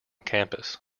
campus